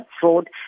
fraud